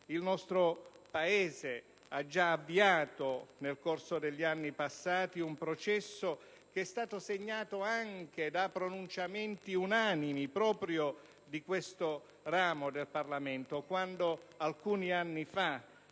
il nostro Paese ha già avviato, nel corso degli anni passati, un processo che è stato segnato anche da pronunciamenti unanimi proprio di questo ramo del Parlamento, quando alcuni anni fa,